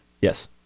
Yes